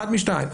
אחת משתיים,